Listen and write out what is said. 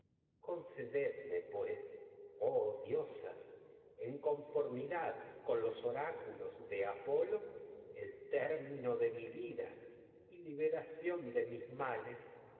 el sas mino en conformidad mi los oráculos de apolo tér de vida y liberación de mis males